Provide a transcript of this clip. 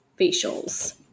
facials